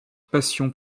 passion